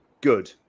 good